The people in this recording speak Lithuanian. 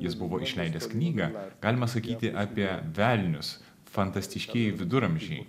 jis buvo išleidęs knygą galima sakyti apie velnius fantastiškieji viduramžiai